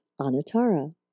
Anatara